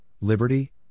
liberty